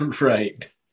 Right